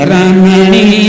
Ramani